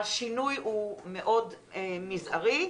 השינוי מאוד מזערי,